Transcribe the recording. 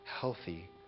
healthy